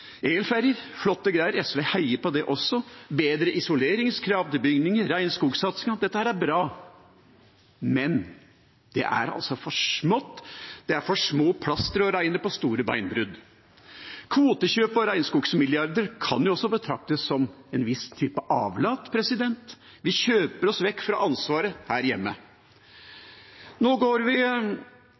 Elferjer er flotte greier – SV heier på det også. Regnskogssatsinga og bedre isoleringskrav til bygninger er bra, men det er altså for smått. Det er for små plastre å regne på store beinbrudd. Kvotekjøp og regnskogsmilliarder kan jo også betraktes som en viss type avlat. Vi kjøper oss vekk fra ansvaret her hjemme. Når vi går